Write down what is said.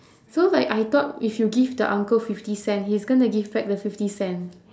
so like I thought if you give the uncle fifty cents he's gonna give back the fifty cents